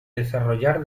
desarrollar